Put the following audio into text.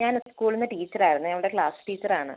ഞാന് സ്കൂളിൽ നിന്ന് ടീച്ചര് ആയിരുന്നേ അവളുടെ ക്ലാസ്സ് ടീച്ചർ ആണ്